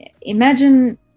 imagine